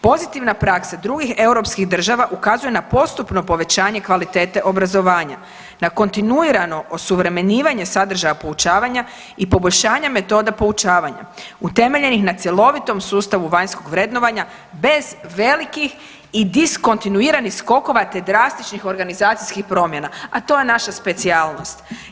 Pozitivna praksa drugih europskih država ukazuje na postupno povećanje kvalitete obrazovanja, na kontinuirano osuvremenjivanje sadržaja poučavanja i poboljšanja metoda poučavanja utemeljenih na cjelovitom sustavu vanjskog vrednovanja bez velikih i diskontinuiranih skokova, te drastičnih organizacijskih promjena a to je naša specijalnost.